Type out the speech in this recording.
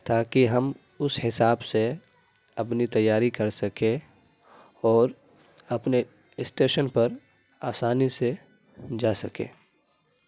تاکہ ہم اس حساب سے اپنی تیاری کر سکیں اور اپنے اسٹیشن پر آسانی سے جا سکیں